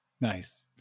Nice